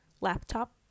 laptop